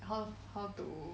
how how to